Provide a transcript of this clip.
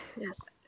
Yes